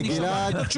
אני שמעתי את התשובה.